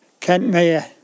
Kentmere